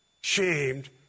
shamed